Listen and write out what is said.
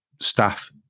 staff